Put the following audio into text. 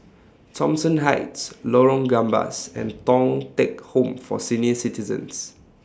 Thomson Heights Lorong Gambas and Thong Teck Home For Senior Citizens